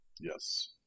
Yes